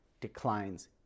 declines